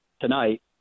tonight